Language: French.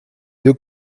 deux